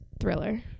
Thriller